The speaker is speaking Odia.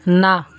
ନା